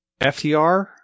FTR